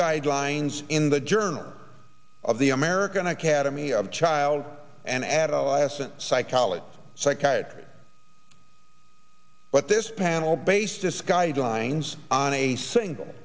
guidelines in the journal of the american academy of child and adolescent psychology psychiatry but this panel based this guidelines on a single